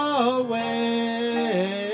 away